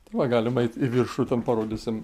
tai va galim eit į viršų ten parodysim